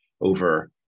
over